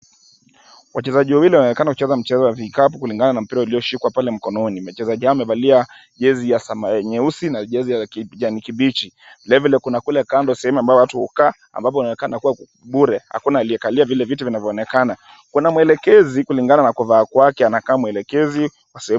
Wachezaji wawili wanaonekana wakicheza mchezo wa vikapu kulingana na mpira ulioshikwa pale mkononi, mchezaji huyo amevalia jezi ya nyeusi na jezi ya kijani kibichi, vile vile kuna kule kando sehemu ambayo watu ukaa ambapo kunaonekana bure hakuna aliyekalia viti vinavyoonekana , vilevile kuna mwelekezi kulingana na kuvaa kwake anakaa mwelekezi .